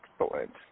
Excellent